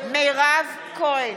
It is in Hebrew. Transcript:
מירב כהן,